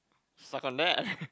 suck on that